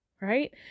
right